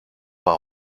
par